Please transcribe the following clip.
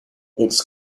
its